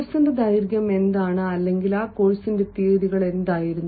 കോഴ്സിന്റെ ദൈർഘ്യം എന്താണ് അല്ലെങ്കിൽ ആ കോഴ്സിന്റെ തീയതികൾ എന്തായിരുന്നു